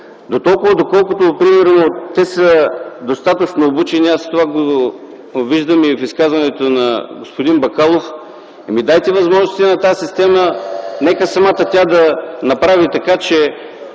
дотолкова доколкото примерно те са достатъчно обучени. Аз виждам това и в изказването на господин Бакалов. Дайте възможност на тази система, нека самата тя да направи така, че